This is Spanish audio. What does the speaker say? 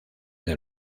del